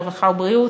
הרווחה והבריאות,